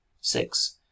Six